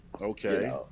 Okay